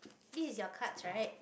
this is your cards right